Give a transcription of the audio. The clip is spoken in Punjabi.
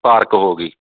ਪਾਰਕ ਹੋ ਗਈ